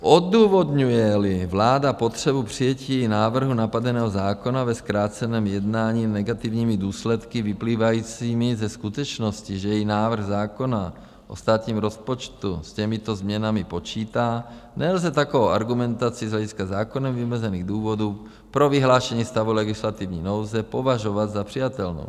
Odůvodňujeli vláda potřebu přijetí návrhu napadaného zákona ve zkráceném jednání negativními důsledky vyplývajícími ze skutečnosti, že její návrh zákona o státním rozpočtu s těmito změnami počítá, nelze takovou argumentaci z hlediska zákonem vymezených důvodů pro vyhlášení stavu legislativní nouze považovat za přijatelnou.